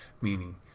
meaning